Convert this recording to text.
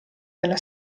della